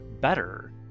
better